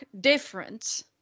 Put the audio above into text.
difference